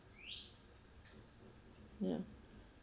ya